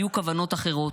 היו כוונות אחרות.